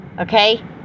okay